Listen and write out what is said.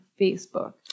Facebook